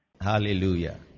Hallelujah